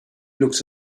looks